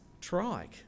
trike